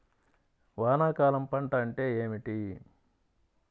వానాకాలం పంట అంటే ఏమిటి?